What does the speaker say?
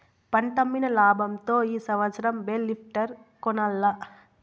పంటమ్మిన లాబంతో ఈ సంవత్సరం బేల్ లిఫ్టర్ కొనాల్ల